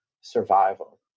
survival